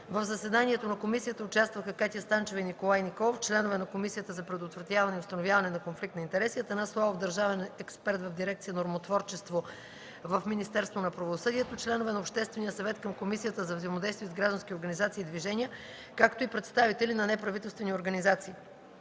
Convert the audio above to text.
В заседанието на комисията участваха: Катя Станчева и Николай Николов – членове на Комисията за предотвратяване и установяване на конфликт на интереси, Атанас Славов – държавен експерт в дирекция „Нормотворчество” в Министерството на правосъдието, членове на Обществения съвет към Комисията за взаимодействие с граждански организации и движения, както и представители на неправителствени организации.